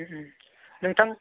ओम ओम नोंथां